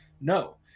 No